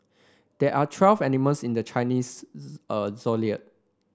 there are twelve animals in the Chinese zodiac